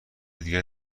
دیگری